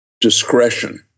discretion